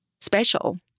special